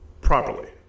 properly